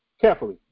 carefully